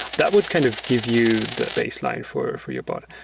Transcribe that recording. that would kind of give you the baseline for for your bot.